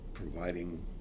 providing